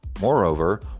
Moreover